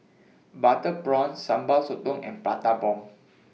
Butter Prawns Sambal Sotong and Prata Bomb